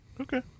Okay